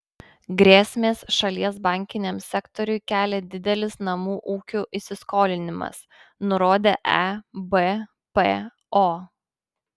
grėsmės šalies bankiniam sektoriui kelia didelis namų ūkių įsiskolinimas nurodė ebpo